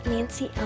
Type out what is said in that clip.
Nancy